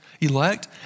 elect